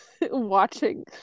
watching